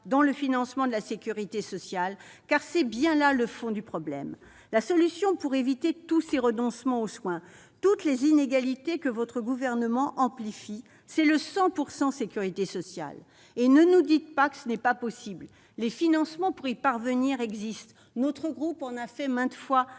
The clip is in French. du financement de la sécurité sociale. En effet, c'est bien là le fond du problème. La solution pour empêcher tous ces renoncements aux soins, toutes les inégalités que votre gouvernement amplifie, c'est le 100 % sécurité sociale ! Et ne nous dites pas que ce n'est pas possible : les financements pour y parvenir existent, notre groupe en a fait maintes fois